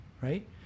right